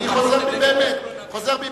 אני חוזר בי באמת,